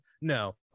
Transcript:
No